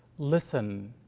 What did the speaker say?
listen